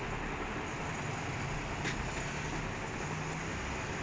into another country with different passport mm mental